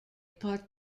part